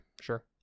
sure